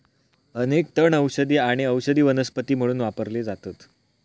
अनेक तण औषधी आणि औषधी वनस्पती म्हणून वापरले जातत